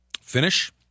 Finish